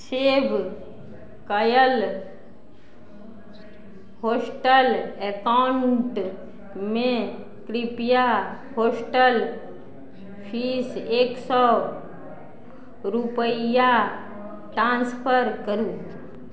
सेब कयल हॉस्टल एकाउंटमे कृपया हॉस्टल फीस एक सए रूपैआ ट्रान्सफर करू